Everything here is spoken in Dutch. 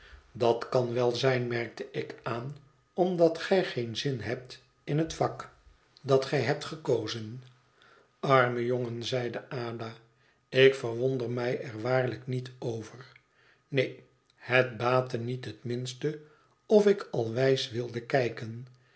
dat kan wel zijn merkte ik aan omdat gij geen zin hebt in het vak dat gij hebt gekozen arme jongen zeide ada ik verwonder mij er waarlijk niet over neen het baatte niet het minste ofikalwijs wilde kijken